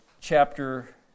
chapter